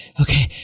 okay